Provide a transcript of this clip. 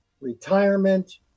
retirement